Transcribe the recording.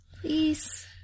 please